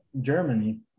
Germany